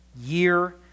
year